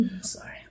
sorry